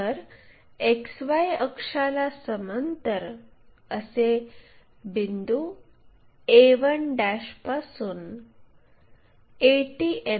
तर XY अक्षाला समांतर असे बिंदू a1 पासून 80 मि